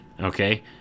okay